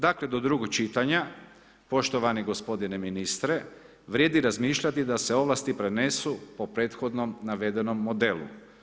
Dakle do drugog čitanja, poštovani gospodine ministre vrijedi razmišljati da se ovlasti prenesu po prethodnom navedenom modelu.